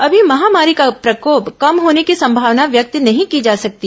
अभी महामारी का प्रकोप कम होने की संभावना व्यक्त नहीं की जा सकती